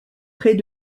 près